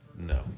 No